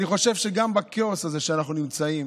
אני חושב שגם בכאוס הזה שאנחנו נמצאים